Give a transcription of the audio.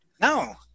No